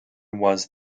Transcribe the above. was